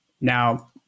Now